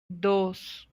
dos